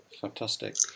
fantastic